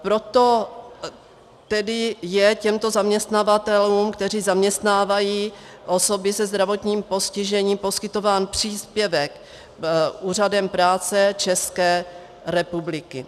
Proto tedy je těmto zaměstnavatelům, kteří zaměstnávají osoby se zdravotním postižením, poskytován příspěvek Úřadem práce České republiky.